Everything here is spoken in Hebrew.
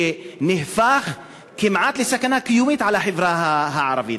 שהפך כמעט לסכנה קיומית על החברה הערבית.